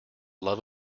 love